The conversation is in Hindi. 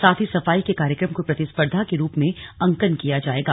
साथ ही सफाई के कार्यक्रम को प्रतिस्पर्धा के रूप में अंकन किया जाएगा